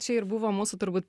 čia ir buvo mūsų turbūt